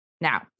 Now